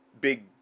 big